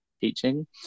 teaching